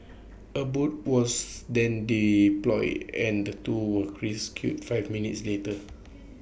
A boat was then deployed and the two were rescued five minutes later